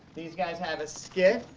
these guys have a skit.